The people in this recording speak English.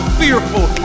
fearful